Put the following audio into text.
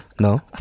No